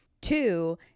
Two